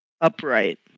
Upright